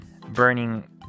burning